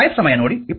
ಆದ್ದರಿಂದ G 0